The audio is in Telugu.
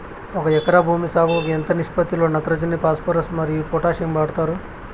ఒక ఎకరా భూమి సాగుకు ఎంత నిష్పత్తి లో నత్రజని ఫాస్పరస్ మరియు పొటాషియం వాడుతారు